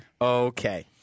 Okay